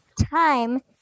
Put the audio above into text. time